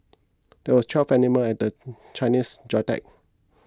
there are twelve animal in the Chinese zodiac